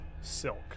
silk